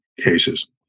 cases